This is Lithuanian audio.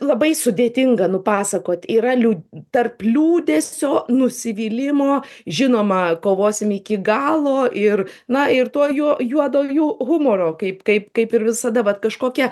labai sudėtinga nupasakot yra liū tarp liūdesio nusivylimo žinoma kovosim iki galo ir na ir to juo juoduoju humoro kaip kaip kaip ir visada vat kažkokia